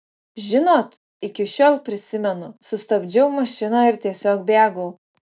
žinot iki šiol prisimenu sustabdžiau mašiną ir tiesiog bėgau